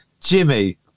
Jimmy